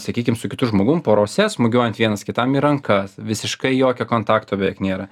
sakykim su kitu žmogum porose smūgiuojant vienas kitam į rankas visiškai jokio kontakto beveik nėra